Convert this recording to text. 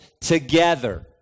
together